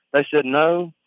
they said no,